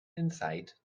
insight